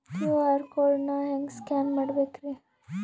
QR code ನಾ ಹೆಂಗ scan ಮಾಡಬೇಕ್ರಿ?